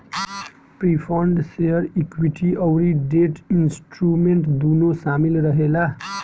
preferred share equity अउरी debt instrument दूनो शामिल रहेला